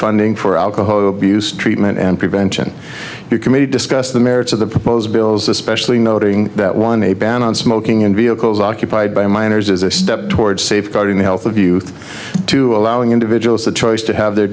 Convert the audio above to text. funding for alcohol abuse treatment and prevention committee discuss the merits of the proposed bills especially noting that one a ban on smoking in vehicles occupied by minors is a step toward safeguarding the health of youth to allowing individuals the choice to have their